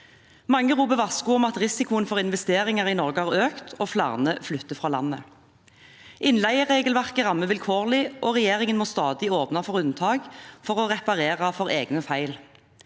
Mange roper varsko om at risikoen for investeringer i Norge har økt, og flere flytter fra landet. Innleieregelverket rammer vilkårlig, og regjeringen må stadig åpne for unntak for å reparere for egne feil.